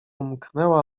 mknęła